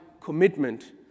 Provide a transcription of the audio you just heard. commitment